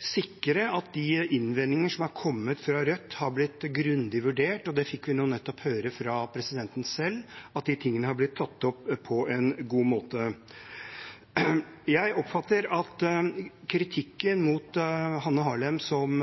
selv at de tingene har blitt tatt opp på en god måte. Jeg oppfatter at kritikken mot Hanne Harlem som